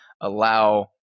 allow